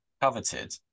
coveted